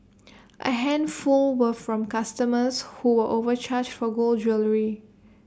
A handful were from customers who were overcharged for gold jewellery